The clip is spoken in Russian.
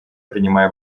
принимаю